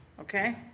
Okay